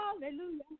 Hallelujah